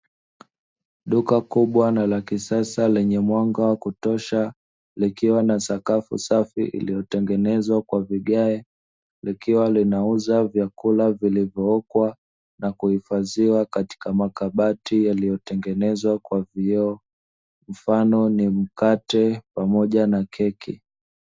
Duka kubwa na la kisasa lenye mwanga wa kutosha likiwa na sakafu safi iliyotengenezwa kwa vigae likiwa linauza vyakula vilivyookwa na kuhifadhiwa katika makabati yaliyotengenezwa kwa vioo mfano ni mkate pamoja na keki.